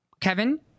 Kevin